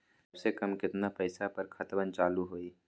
सबसे कम केतना पईसा पर खतवन चालु होई?